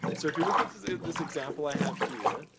so, if you look at this example i have here,